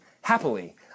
happily